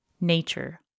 Nature